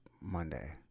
Monday